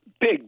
big